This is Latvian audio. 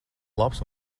labs